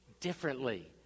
differently